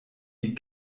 die